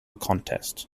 contest